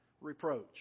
reproach